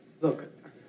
Look